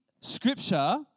Scripture